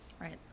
right